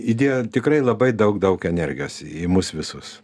įdėjo tikrai labai daug daug energijos į mus visus